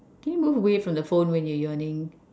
can you move away from the phone when you're yawning